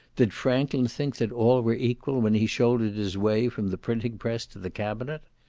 did franklin think that all were equal when he shouldered his way from the printing press to the cabinet?